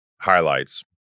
highlights